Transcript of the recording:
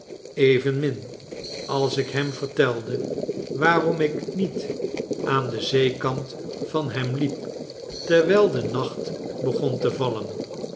evenmin als ik hem vertelde waarom ik niet aan den zeekant van hem liep terwjjl de nacht begon te vallen